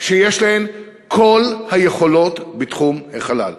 שיש להן כל היכולות בתחום החלל.